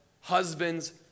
Husbands